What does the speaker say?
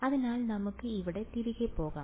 അതിനാൽ നമുക്ക് ഇവിടെ തിരികെ പോകാം